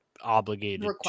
obligated